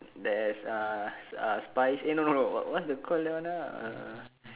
there is uh sp~ uh spice eh no no no what is the call that one ah uh